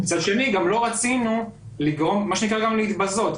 מצד שני לא רצינו מה שנקרא גם להתבזות,